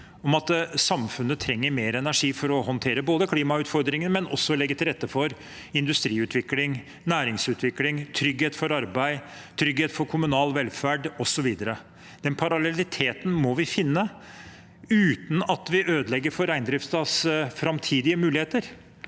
samfunnet trenger mer energi for både å håndtere klimautfordringene og for å legge til rette for industriutvikling, næringsutvikling, trygghet for arbeid, trygghet for kommunal velferd osv. Den parallelliteten må vi finne uten at vi ødelegger for reindriftens framtidige muligheter,